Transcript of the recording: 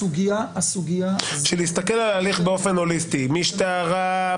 הסוגיה של --- של להסתכל על ההליך באופן הוליסטי משטרה,